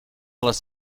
les